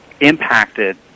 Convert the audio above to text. impacted